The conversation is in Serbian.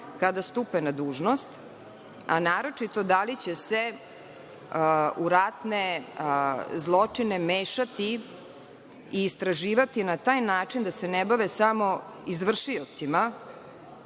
kada stupe na dužnost, a naročito da li će se u ratne zločine mešati i istraživati na taj način da se ne bave samo izvršiocima,